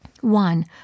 One